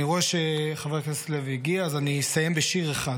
אני רואה שחבר הכנסת לוי הגיע אז אני אסיים בשיר אחד.